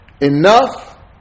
enough